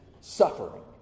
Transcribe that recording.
suffering